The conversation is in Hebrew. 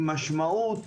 עם משמעות.